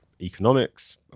economics